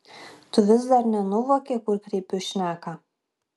tu vis dar nenuvoki kur kreipiu šneką